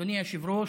אדוני היושב-ראש,